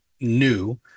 new